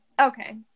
Okay